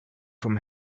from